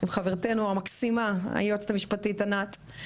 עם חברתינו המקסימה היועצת המשפטית ענת,